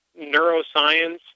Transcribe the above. neuroscience